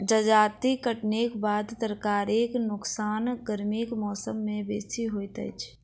जजाति कटनीक बाद तरकारीक नोकसान गर्मीक मौसम मे बेसी होइत अछि